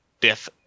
death